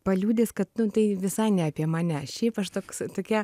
paliudys kad tai visai ne apie mane šiaip aš toks tokia